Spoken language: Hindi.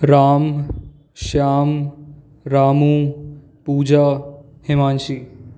राम श्याम रामू पूजा हिमांशी